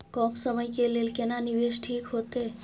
कम समय के लेल केना निवेश ठीक होते?